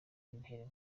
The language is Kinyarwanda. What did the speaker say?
bintera